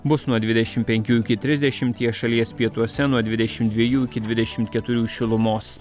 bus nuo dvidešimt penkių iki trisdešimties šalies pietuose nuo dvidešimt dviejų iki dvidešimt keturių šilumos